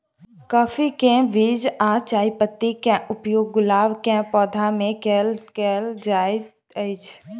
काफी केँ बीज आ चायपत्ती केँ उपयोग गुलाब केँ पौधा मे केल केल जाइत अछि?